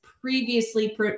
previously